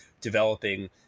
developing